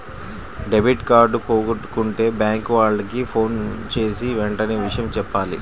debit card పోగొట్టుకుంటే bank వాళ్లకి ఫోన్జేసి వెంటనే విషయం జెప్పాల